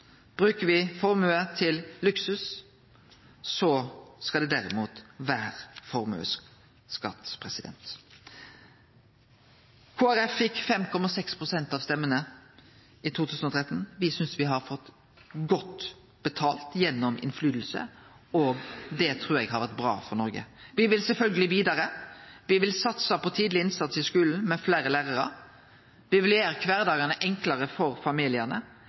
Bruker me formuen til luksus, skal det derimot vere formuesskatt. Kristeleg Folkeparti fekk 6,5 pst. av stemmene i 2013. Me synest me har fått godt betalt gjennom medverknad, og det trur eg har vore bra for Noreg. Men me vil sjølvsagt vidare. Me vil satse på tidleg innsats i skulen, med fleire lærarar. Me vil gjere kvardagen enklare for familiane.